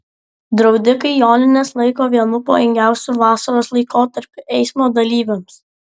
draudikai jonines laiko vienu pavojingiausių vasaros laikotarpių eismo dalyviams